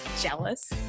jealous